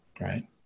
right